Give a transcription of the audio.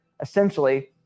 essentially